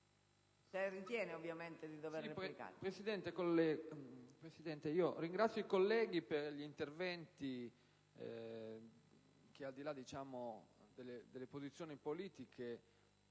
Presidente, ringrazio i colleghi per gli interventi svolti, che, al di là delle posizioni politiche,